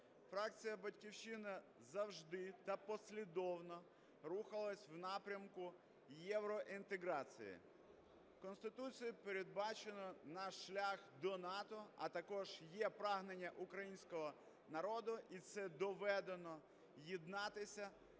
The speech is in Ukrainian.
Фракція "Батьківщина" завжди та послідовно рухалась в напрямку євроінтеграції. Конституцією передбачено наш шлях до НАТО, а також є прагнення українського народу, і це доведено, єднатися